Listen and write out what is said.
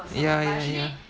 ya ya ya